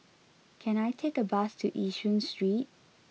can I take a bus to Yishun Street